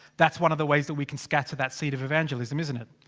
that's one of the ways that we can scatter that seed of evangelism, isn't it?